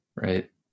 Right